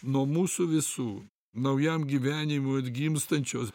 nuo mūsų visų naujam gyvenimui atgimstančios